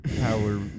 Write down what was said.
power